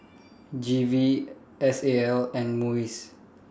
G V S A L and Muis